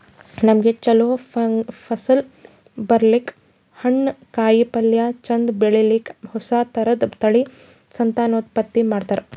ನಮ್ಗ್ ಛಲೋ ಫಸಲ್ ಬರ್ಲಕ್ಕ್, ಹಣ್ಣ್, ಕಾಯಿಪಲ್ಯ ಚಂದ್ ಬೆಳಿಲಿಕ್ಕ್ ಹೊಸ ಥರದ್ ತಳಿ ಸಂತಾನೋತ್ಪತ್ತಿ ಮಾಡ್ತರ್